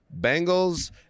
Bengals